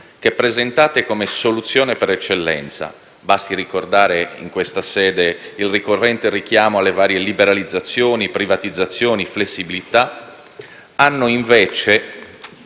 che, presentate come soluzione per eccellenza (basti ricordare in questa sede il ricorrente richiamo alle varie liberalizzazioni, privatizzazioni, flessibilità), hanno invece